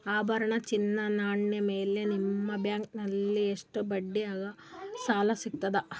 ಆಭರಣ, ಚಿನ್ನದ ನಾಣ್ಯ ಮೇಲ್ ನಿಮ್ಮ ಬ್ಯಾಂಕಲ್ಲಿ ಎಷ್ಟ ಬಡ್ಡಿ ಹಂಗ ಸಾಲ ಸಿಗತದ?